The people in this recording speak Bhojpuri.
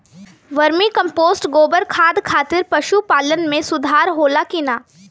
वर्मी कंपोस्ट गोबर खाद खातिर पशु पालन में सुधार होला कि न?